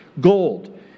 Gold